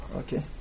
okay